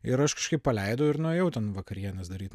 ir aš kažkaip paleidau ir nuėjau ten vakarienės daryti